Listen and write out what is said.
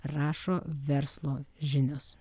rašo verslo žinios